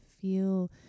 feel